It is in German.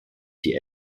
die